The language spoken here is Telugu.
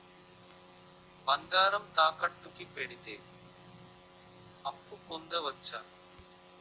బంగారం తాకట్టు కి పెడితే అప్పు పొందవచ్చ?